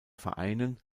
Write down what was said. vereinen